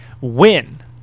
win